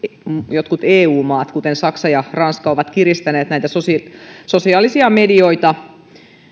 jotkut eu maat kuten saksa ja ranska ovat kiristäneet näitä sosiaalisia medioita